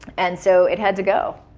and so, it had to go.